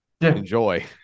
Enjoy